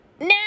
no